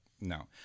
no